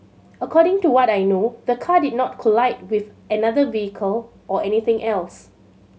according to what I know the car did not collide with another vehicle or anything else